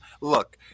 Look